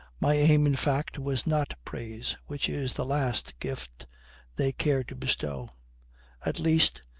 my aim, in fact, was not praise, which is the last gift they care to bestow at least,